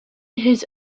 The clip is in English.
his